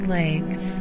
legs